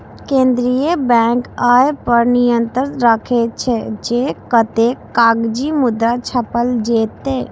केंद्रीय बैंक अय पर नियंत्रण राखै छै, जे कतेक कागजी मुद्रा छापल जेतै